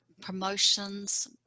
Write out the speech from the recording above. promotions